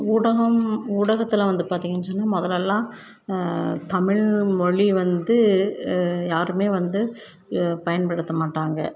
ஊடகம் ஊடகத்தில் வந்து பார்த்தீங்கன்னு சொன்னால் முதலல்லாம் தமிழ்மொழி வந்து யாருமே வந்து பயன்படுத்த மாட்டாங்க